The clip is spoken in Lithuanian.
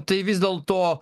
tai vis dėlto